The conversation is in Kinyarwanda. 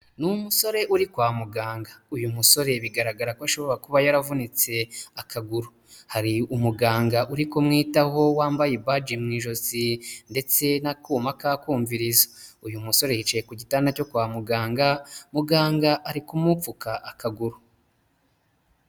Ni umusore uri kwa muganga, uyu musore bigaragara ko ashobora kuba yaravunitse akaguru, hari umuganga uri kumwitaho, wambaye baji mu ijosi ndetse n'akuma k'akumvirizo, uyu musore yicaye ku gitanda cyo kwa muganga, muganga ari kumupfuka akaguru.